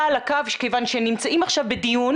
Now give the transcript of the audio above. על הקו כיון שהם נמצאים עכשיו בדיון,